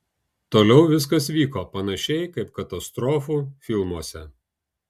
toliau viskas vyko panašiai kaip katastrofų filmuose